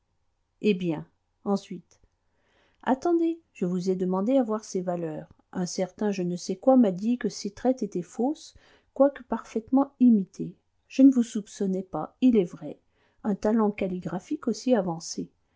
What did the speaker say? eh bien ensuite attendez je vous ai demandé à voir ces valeurs un certain je ne sais quoi m'a dit que ces traites étaient fausses quoique parfaitement imitées je ne vous soupçonnais pas il est vrai un talent calligraphique aussi avancé